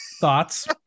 Thoughts